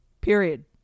Period